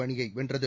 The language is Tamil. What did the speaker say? அணியை வென்றது